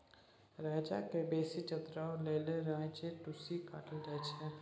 रैंचा केँ बेसी चतरै लेल रैंचाक टुस्सी काटल जाइ छै